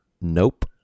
Nope